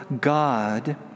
God